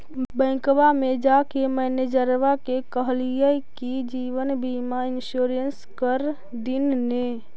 बैंकवा मे जाके मैनेजरवा के कहलिऐ कि जिवनबिमा इंश्योरेंस कर दिन ने?